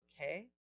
okay